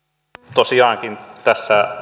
tosiaankin tässä